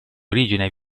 origine